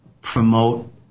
promote